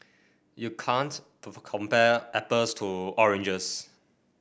you can't compare apples to oranges